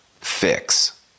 Fix